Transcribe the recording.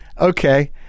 Okay